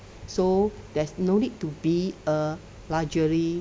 so there's no need to be a luxury